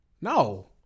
no